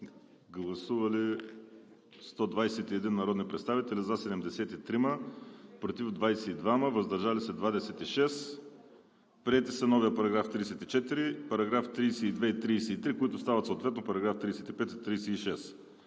Гласували 121 народни представители: за 73, против 22, въздържали се 26. Приети са новият § 34, параграфи 32 и 33, които съответно стават параграфи 35 и 36.